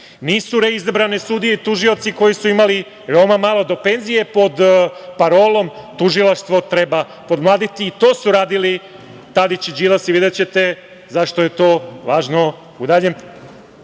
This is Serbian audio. Nisu reizabrane sudije i tužioci koji su imali veoma malo do penzije, pod parolom - tužilaštvo treba podmladiti. To su radili Tadić i Đilas i videćete zašto je to važno u daljem